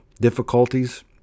difficulties